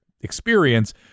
experience